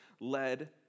led